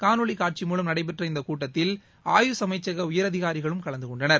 காணொளி காட்சி மூலம் நடைபெற்ற இந்த கூட்டத்தில் ஆயுஷ் அமைச்சக உயரதிகாரிகளும் கலந்து கொண்டனர்